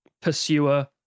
pursuer